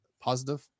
positive